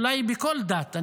אולי בכל דת,